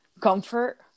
comfort